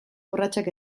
urratsak